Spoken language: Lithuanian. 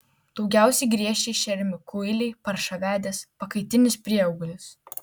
daugiausiai griežčiais šeriami kuiliai paršavedės pakaitinis prieauglis